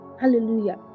hallelujah